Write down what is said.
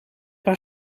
haar